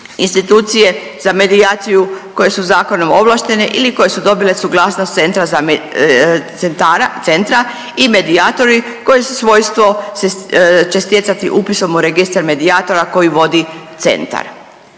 institucije za medijaciju koje su zakonom ovlaštene ili koje su dobile suglasnost centra za, centara, centra i medijatori koji svojstvo će stjecati upisom u registar medijatora koji vodi centar.